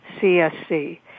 CSC